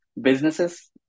businesses